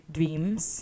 Dreams